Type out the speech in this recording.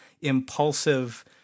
impulsive